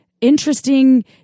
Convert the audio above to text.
interesting